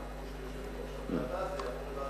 כמו של יושבת-ראש הוועדה,